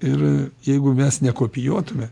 ir jeigu mes nekopijuotume